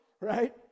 right